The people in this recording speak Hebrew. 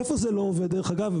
איפה זה לא עובד דרך אגב?